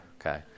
Okay